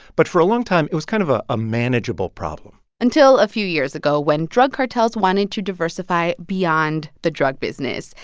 but for a long time, it was kind of ah a manageable problem until a few years ago, when drug cartels wanted to diversify beyond the drug business.